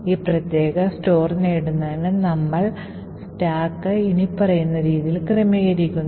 ഈ പ്രത്യേക store നേടുന്നതിന് നമ്മൾ സ്റ്റാക്ക് ഇനിപ്പറയുന്ന രീതിയിൽ ക്രമീകരിക്കുന്നു